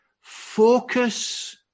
focus